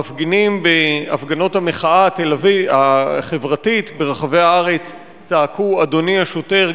המפגינים בהפגנות המחאה החברתית ברחבי הארץ צעקו: אדוני השוטר,